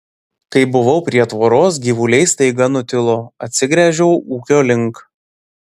kai buvau prie tvoros gyvuliai staiga nutilo atsigręžiau ūkio link